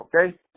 Okay